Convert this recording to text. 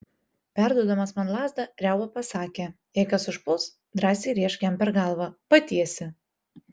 perduodamas man lazdą riauba pasakė jei kas užpuls drąsiai rėžk jam per galvą patiesi